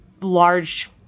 large